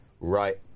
right